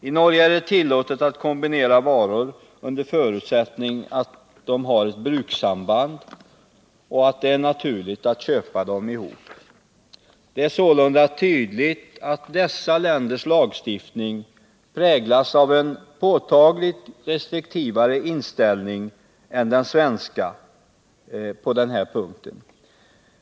I Norge är det tillåtet att kombinera varor under förutsättning att de har ett brukssamband och att det är naturligt att köpa dem ihop. Det är sålunda tydligt att dessa länders lagstiftning präglas av en restriktivare inställning än den svenska lagstiftningen på den här punkten.